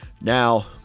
Now